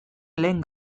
lehen